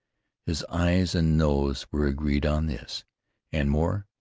his eyes and nose were agreed on this and more,